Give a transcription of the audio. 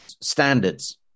standards